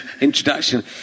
introduction